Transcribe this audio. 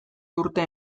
urte